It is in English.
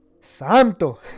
Santo